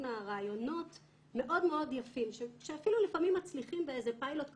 רעיונות מאוד יפים שאפילו לפעמים מצליחים באיזה פיילוט קטן,